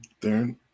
Darren